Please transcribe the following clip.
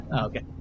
Okay